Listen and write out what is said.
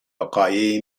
وقایعی